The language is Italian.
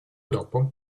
dopo